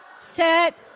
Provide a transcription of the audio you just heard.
set